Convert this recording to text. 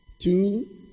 Two